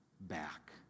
back